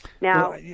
Now